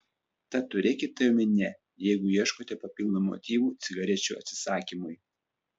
tad turėkite tai omenyje jeigu ieškote papildomų motyvų cigarečių atsisakymui